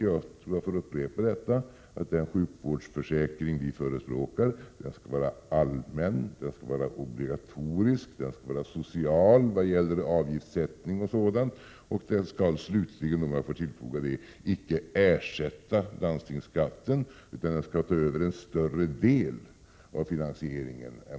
Jag upprepar på nytt att den sjukvårdsförsäkring vi förespråkar skall vara allmän, obligatorisk, social i vad gäller avgiftssättning, och slutligen skall den icke ersätta landstingsskatten, utan den skall ta över en större del av finansieringen.